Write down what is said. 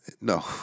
No